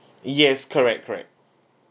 yes correct correct